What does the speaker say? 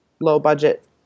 low-budget